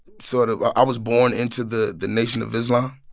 sort of i was born into the the nation of islam.